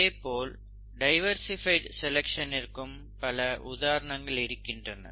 இதேபோல் டைவர்சிஃபைட் செலக்சனிற்கும் பல உதாரணங்கள் இருக்கின்றன